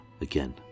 again